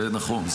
זה נכון.